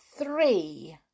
three